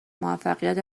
موفقیت